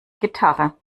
gitarre